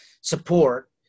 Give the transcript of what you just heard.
support